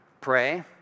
pray